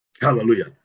Hallelujah